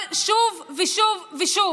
אבל שוב ושוב ושוב